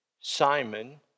Simon